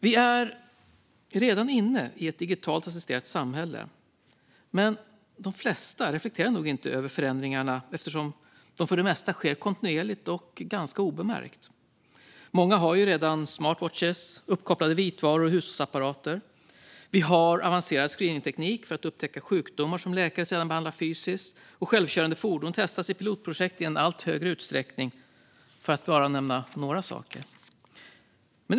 Vi är redan inne i ett digitalt assisterat samhälle, även om de flesta nog inte reflekterar över förändringarna eftersom dessa för det mesta sker kontinuerligt och obemärkt. Många har redan en smartwatch, uppkopplade vitvaror och hushållsapparater. Vi har avancerad screeningteknik för att upptäcka sjukdomar som läkare sedan behandlar fysiskt, och självkörande fordon testas i pilotprojekt i en allt högre utsträckning, för att bara nämna några saker.